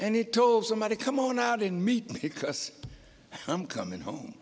it told somebody come on out and meet me because i'm coming home